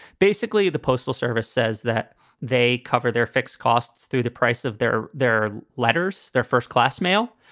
basically, the postal service says that they cover their fixed costs through the price of their their letters, their first class mail,